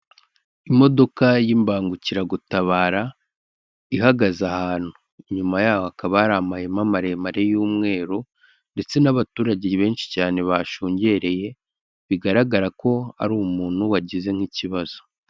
Imodoka y'imbangukiragutabara ihagaze ahantu, inyuma yaho hakaba hari amahema maremare y'umweru ndetse n'abaturage benshi cyane bashungereye bigaragara ko ari umuntu wagize nk'ikibazo.